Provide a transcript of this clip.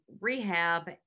rehab